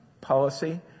policy